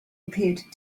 appeared